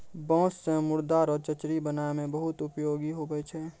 बाँस से मुर्दा रो चचरी बनाय मे बहुत उपयोगी हुवै छै